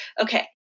Okay